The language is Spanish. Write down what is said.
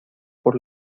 por